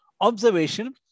observation